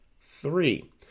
Three